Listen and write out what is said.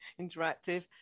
interactive